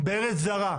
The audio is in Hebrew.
בארץ זרה,